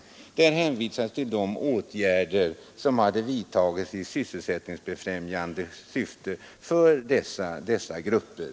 Där hänvisades till de åtgärder som hade vidtagits i sysselsättningsbefrämjande syfte för dessa grupper.